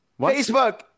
Facebook